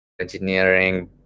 engineering